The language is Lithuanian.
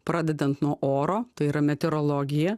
pradedant nuo oro tai yra meteorologija